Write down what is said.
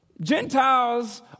Gentiles